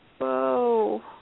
Whoa